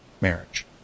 marriage